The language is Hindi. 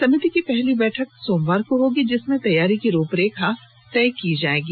समिति की पहली बैठक सोमवार को होगी जिसमें तैयारी की रूपरेखा तय की जाएगी